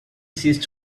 ceased